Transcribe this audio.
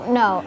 no